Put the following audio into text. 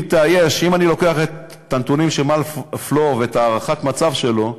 אם אני לוקח את הנתונים של מר פלור ואת הערכת המצב שלו,